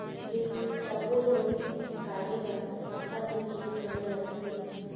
ये सब्बो लोन निकाले बर कतका दिन के समय लगथे?